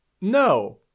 No